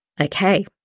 Okay